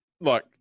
Look